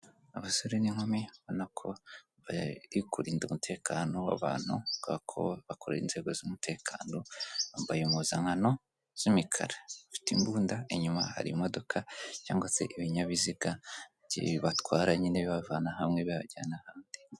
Abasore n'inkumi ubona ko bari kurinda umutekano w'abantu, bakorera inzego z'umutekano, bambaye impuzankano z'imikara, bafite imbunda, inyuma hari imodoka cyangwa se ibinyabiziga bibatwara, nyine bibavana hamwe bajyana ahandi.